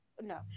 no